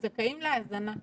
שזכאים להזנה,